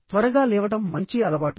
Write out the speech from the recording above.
త్వరగా లేవడం మంచి అలవాటు